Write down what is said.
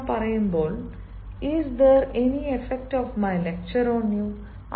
പക്ഷേ ഞാൻ പറയുമ്പോൾ is there any effect of my lecture on you Is there any effect of my lecture on you